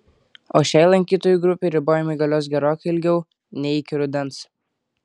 o šiai lankytojų grupei ribojimai galios gerokai ilgiau nei iki rudens